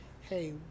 hey